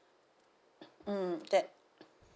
mm that